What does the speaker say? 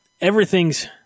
everything's